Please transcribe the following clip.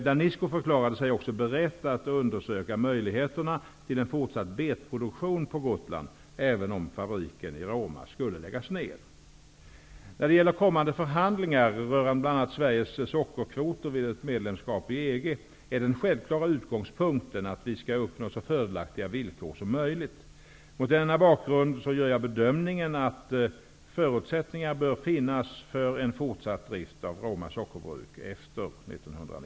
Danisco förklarade sig också berett att undersöka möjligheterna till en fortsatt betproduktion på Gotland, även om fabriken i När det gäller kommande förhandlingar rörande bl.a. Sveriges sockerkvoter vid ett medlemskap i EG är den självklara utgångspunkten att vi skall uppnå så fördelaktiga villkor som möjligt. Mot denna bakgrund gör jag bedömningen att förutsättningar bör finnas för en fortsatt drift av